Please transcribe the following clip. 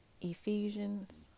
Ephesians